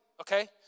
okay